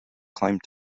claimed